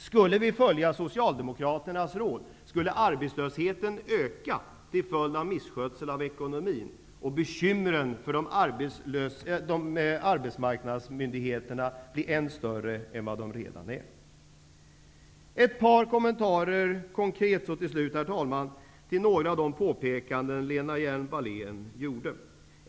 Skulle vi följa Socialdemokraternas råd, skulle arbetslösheten öka till följd av misskötsel i ekonomin och bekymren för arbetsmarknadsmyndigheterna bli ännu större än vad de redan är. Ett par kommentarer till slut till några av de påpekanden som Lena Hjelm-Wallén gjorde.